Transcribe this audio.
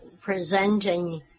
presenting